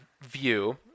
view